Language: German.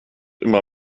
immer